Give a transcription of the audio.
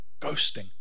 ghosting